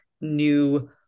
new